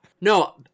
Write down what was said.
no